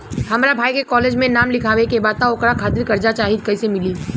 हमरा भाई के कॉलेज मे नाम लिखावे के बा त ओकरा खातिर कर्जा चाही कैसे मिली?